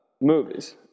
movies